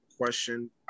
question